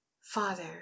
Father